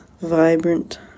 vibrant